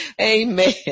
Amen